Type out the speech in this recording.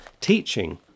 teaching